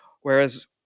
whereas